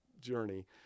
journey